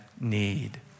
need